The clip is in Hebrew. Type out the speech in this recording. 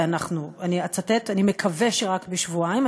ואני אצטט: אני מקווה שרק בשבועיים,